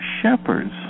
shepherds